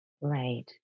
Right